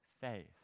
faith